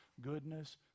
goodness